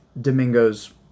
Domingo's